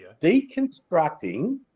deconstructing